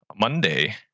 Monday